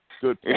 Good